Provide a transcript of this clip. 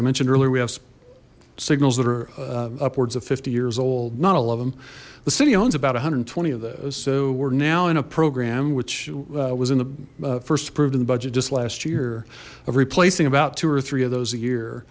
i mentioned earlier we have signals that are upwards of fifty years old not all of them the city owns about one hundred and twenty of those so we're now in a program which was in the first approved in the budget just last year of replacing about two or three of those